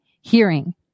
hearing